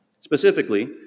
Specifically